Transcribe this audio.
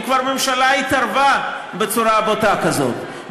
אם כבר הממשלה התערבה בצורה בוטה כזאת,